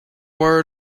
where